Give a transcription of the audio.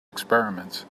experiments